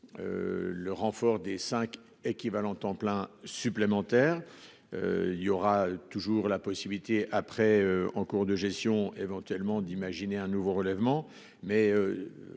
Le renfort des 5 équivalents temps plein supplémentaires. Il y aura toujours la possibilité après, en cours de gestion éventuellement d'imaginer un nouveau relèvement mais.